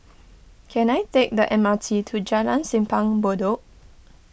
can I take the M R T to Jalan Simpang Bedok